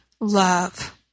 love